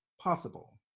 possible